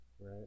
right